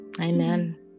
Amen